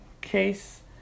case